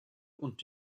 und